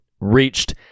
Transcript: reached